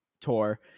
Tour